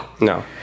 No